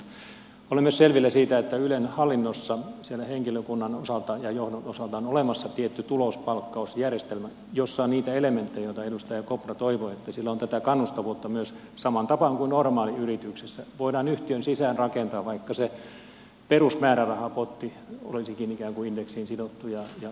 olen myös selvillä siitä että ylen hallinnossa henkilökunnan osalta ja johdon osalta on olemassa tietty tulospalkkausjärjestelmä jossa on niitä elementtejä joita edustaja kopra toivoi niin että siellä on tätä kannustavuutta samaan tapaan kuin myös normaaliyrityksessä voidaan yhtiön sisään rakentaa vaikka se perusmäärärahapotti olisikin ikään kuin indeksiin sidottu ja määritelty määräraha